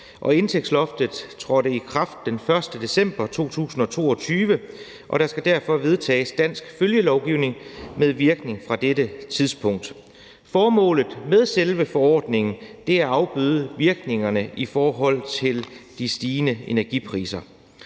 Indtægtsloftet trådte i kraft den 1. december 2022, og der skal derfor vedtages dansk følgelovgivning med virkning fra dette tidspunkt. Formålet med selve forordningen er at afbøde virkningerne i forhold til de stigende energipriser.